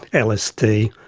lsd,